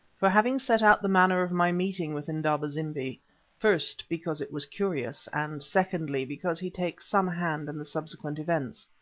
for having set out the manner of my meeting with indaba-zimbi first, because it was curious, and secondly, because he takes some hand in the subsequent events.